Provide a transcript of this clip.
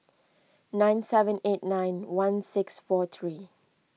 nine seven eight nine one six four three